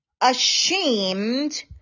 ashamed